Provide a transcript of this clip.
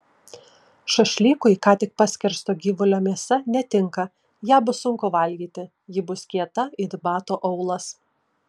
šašlykui ką tik paskersto gyvulio mėsa netinka ją bus sunku valgyti ji bus kieta it bato aulas